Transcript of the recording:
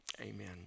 Amen